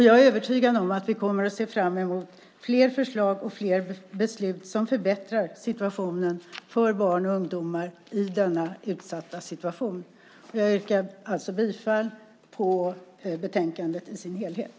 Jag är övertygad om att vi kommer att se fram emot flera förslag och flera beslut som förbättrar situationen för barn och ungdomar i denna utsatta situation. Jag yrkar, som sagt, bifall till utskottets förslag i betänkandet i dess helhet.